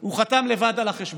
הוא חתם לבד על החשבון,